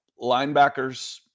linebackers